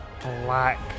black